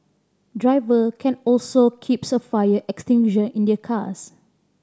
driver can also keeps a fire extinguisher in their cars